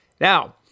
now